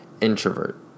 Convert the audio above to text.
Introvert